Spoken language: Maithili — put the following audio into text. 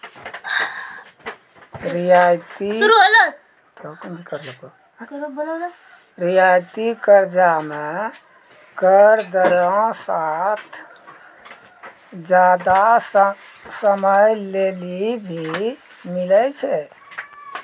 रियायती कर्जा मे कम दरो साथ जादा समय लेली भी मिलै छै